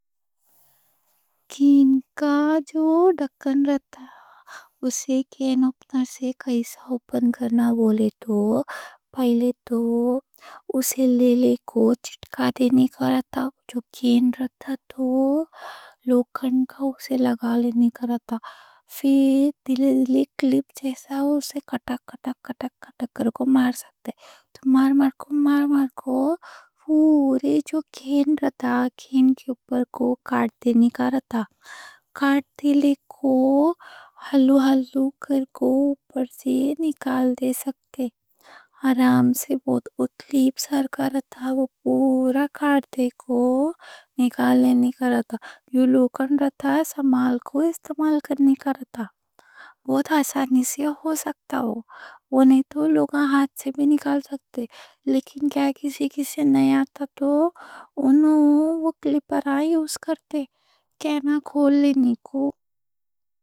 کین کا جو ڈکن رہتا ہے اسے کین اوپنر سے کیسا اوپن کرنا بولے تو پہلے تو اسے لیلے کو چٹکا دینے کا رہتا۔ جو کین رہتا تو لوکن کا اسے لگا لینے کا رہتا۔ پھر دلے دلے کلپ جیسا اسے کٹک کٹک کٹک کٹک کرکو مار سکتے، مار مار کو مار مار کو، پورے جو کین رہتا کین کے اوپر کو کاٹ دینے کا رہتا۔ کاٹ دلے کو ہلو ہلو کرکو اوپر سے نکال دے سکتے۔ آرام سے بہت اتلی افسر کر رہتا، وہ پورا کاٹ دے کو نکال لینے کا رہتا۔ لوکن رہتا سمال کو استعمال کرنے کا رہتا بہت۔ آسانی سے ہو سکتا ہو۔ وہ نہیں تو لوگا ہاتھ سے بھی نکال سکتے لیکن کیا کسی کسی نہیں آتا تو انہوں وہ کلپر یوز کرتے کین کھول لینے کو۔